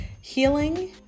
healing